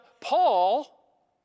Paul